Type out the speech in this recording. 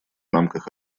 рамках